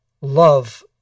love